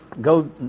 go